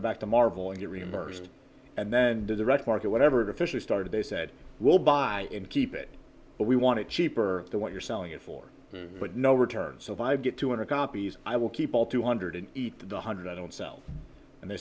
hundred back to marvel and get reimbursed and then direct market whatever it officially started they said we'll buy and keep it but we want it cheaper than what you're selling it for but no return so five get two hundred copies i will keep all two hundred and eat the hundred i don't sell and they